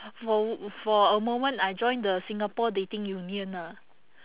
for for a moment I joined the singapore dating union ah